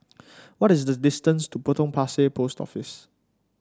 what is the distance to Potong Pasir Post Office